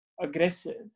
aggressive